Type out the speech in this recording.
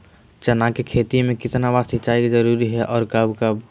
चना के खेत में कितना बार सिंचाई जरुरी है और कब कब?